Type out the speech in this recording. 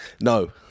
No